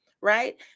right